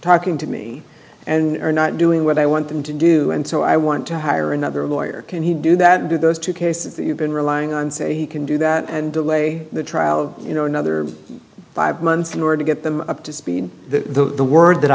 talking to me and are not doing what i want them to do and so i want to hire another lawyer can he do that do those two cases that you've been relying on say he can do that and delay the trial of you know another five months in order to get them up to speed the word that